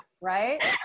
Right